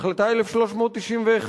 החלטה 1391,